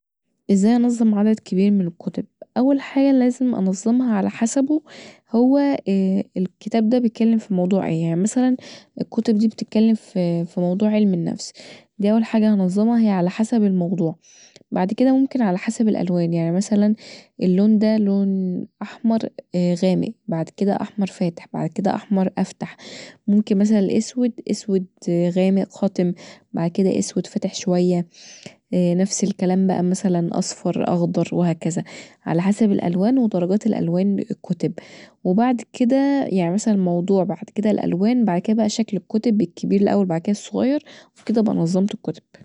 ازاي انظم عدد كبير من الكتب اول حاجه لازم انظمها علي حسبه هو الكتاب دا بيتكلم في موضوع ايه يعني مثلا الكتب دي بتتكلم في موضوع علم النفس دي اول حاجه هنظمها علي حسب الموضوع بعد كدا ممكن علي حسب الألوان يعني مثلا اللون دا لون أحمر غامق بعد كدا احمر فاتح بعد كدا احمر افتح وممكن مثلا الأسود اسود غامق قاتم بعد كدا اسود فاتح شويه، نفس الكلام بقي مثلا اصفر اخضر وهكذا علي حسب الألوان ودرجات الألوان الكتب وبعد كدا يعني مثلا الموضوع بعد كدا الألوان بعد كدا شكل الكتب الكبير الأول بعد كدا الصغير وابقي كدا نظمت الكتب